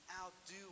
outdo